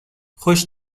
خوش